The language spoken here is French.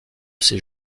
ces